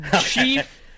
Chief